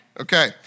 Okay